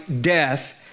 death